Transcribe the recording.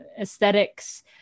aesthetics